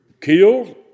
Killed